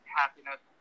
happiness